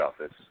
office